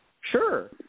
Sure